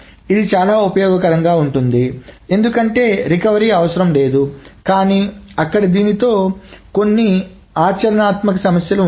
ఇది చాలా ఉపయోగకరంగా ఉంది ఎందుకంటే రికవరీ అవసరం లేదు కానీ అక్కడ దీనితో కొన్ని ఆచరణాత్మక సమస్యలు ఉన్నాయి